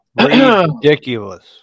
ridiculous